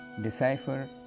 decipher